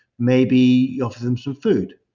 maybe you offer them some food.